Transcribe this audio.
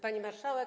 Pani Marszałek!